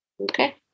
Okay